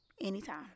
anytime